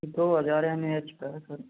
दो हजार M A H का है सर